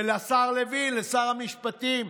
ולשר לוין, לשר המשפטים.